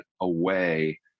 away